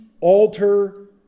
alter